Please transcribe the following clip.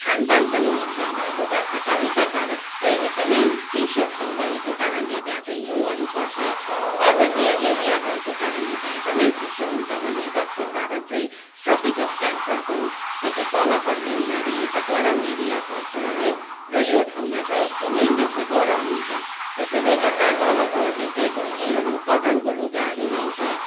खान पान पनि मिल्दैन लुगा फाटा उत्तर भारत चाहिँ एकदमै चिसो ठाउँ भएको कारणले त्यहाँ चाहिँ हिउँहरू पर्छ पार्वतीय एरिया भएको कारणले त्यहाँ एकदमै चिसो हुन्छ भने दक्षिण भारत चाहिँ ट्रपिक अफ क्यान्सरको देखि तल पर्ने हुनाले यो चाहिँ गरम एरिया पर्छ है र यो ठाउँमा चाहिँ एकदमै बेसी गरम हुन्छ त्यसैले गर्दा तलकोहरूले चाहिँ लुङ्गीहरू कटनको लुगाहरू लाउँछ